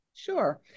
Sure